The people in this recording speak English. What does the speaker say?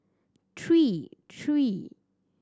three three